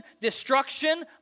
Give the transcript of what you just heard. destruction